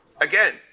Again